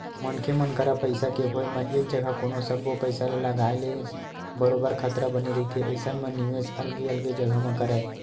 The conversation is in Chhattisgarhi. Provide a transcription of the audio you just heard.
मनखे मन करा पइसा के होय म एक जघा कोनो सब्बो पइसा ल लगाए ले बरोबर खतरा बने रहिथे अइसन म निवेस अलगे अलगे जघा म करय